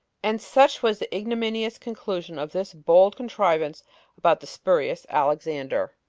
and such was the ignominious conclusion of this bold contrivance about the spurious alexander.